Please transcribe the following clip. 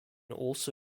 also